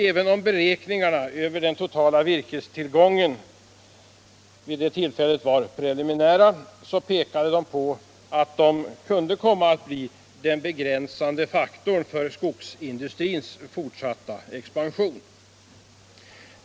Även om beräkningarna över den totala virkestillgången då var preliminära, pekade de ändå på att den kunde komma att bli den begränsande faktorn för skogsindustrins fortsatta expansion.